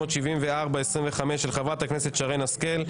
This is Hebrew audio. (פ/374/25 של חה"כ שרן השכל),